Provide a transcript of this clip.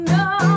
no